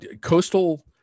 Coastal